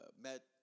met